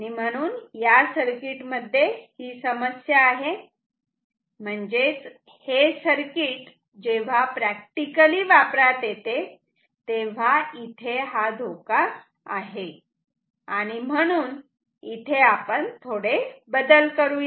म्हणून या सर्किटमध्ये ही समस्या आहे म्हणजेच हे सर्किट जेव्हा प्रॅक्टीकली वापरात येते तेव्हा इथे हा धोका आहे आणि म्हणून इथे आपण थोडे बदल करूयात